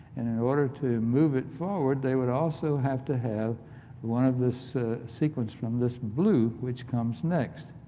and in order to move it forward, they would also have to have one of this sequence from this blue which comes next.